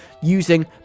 using